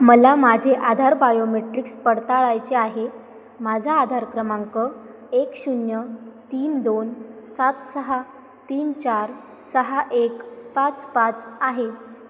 मला माझे आधार बायोमेट्रिक्स पडताळायचे आहे माझा आधार क्रमांक एक शून्य तीन दोन सात सहा तीन चार सहा एक पाच पाच आहे